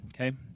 Okay